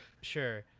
Sure